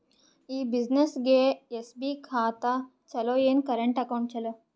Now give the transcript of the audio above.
ಈ ಬ್ಯುಸಿನೆಸ್ಗೆ ಎಸ್.ಬಿ ಖಾತ ಚಲೋ ಏನು, ಕರೆಂಟ್ ಅಕೌಂಟ್ ಚಲೋ?